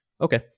okay